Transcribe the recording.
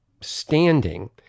standing